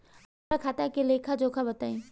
हमरा खाता के लेखा जोखा बताई?